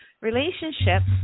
relationships